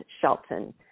Shelton